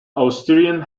austrian